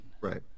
Right